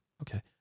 Okay